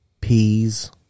peas